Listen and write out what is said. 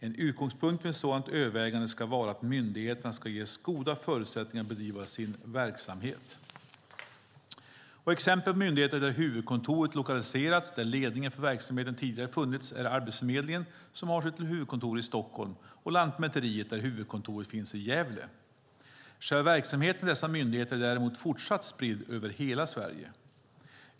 En utgångspunkt vid ett sådant övervägande ska vara att myndigheterna ska ges goda förutsättningar att bedriva sin verksamhet. Exempel på myndigheter där huvudkontoret lokaliserats dit där ledningen för verksamheten tidigare funnits är Arbetsförmedlingen som har sitt huvudkontor i Stockholm och Lantmäteriet där huvudkontoret finns i Gävle. Själva verksamheten i dessa myndigheter är däremot fortsatt spridd över hela Sverige.